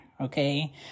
okay